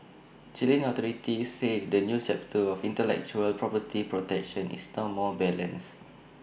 Chilean authorities say the new chapter on intellectual property protection is now more balanced